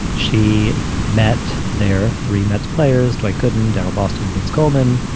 she met their three mets players, dwight gooden, darryl boston, vince coleman.